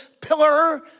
pillar